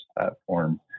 platform